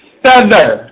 feather